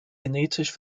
genetisch